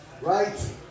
right